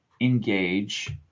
engage